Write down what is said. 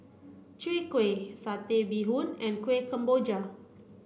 Chwee Kueh Satay Bee Hoon and Kueh Kemboja